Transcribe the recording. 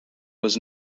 was